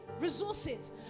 resources